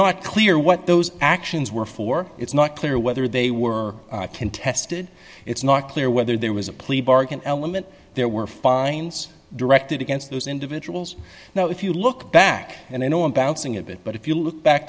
not clear what those actions were for it's not clear whether they were contested it's not clear whether there was a plea bargain element there were fines directed against those individuals now if you look back and i know i'm bouncing a bit but if you look back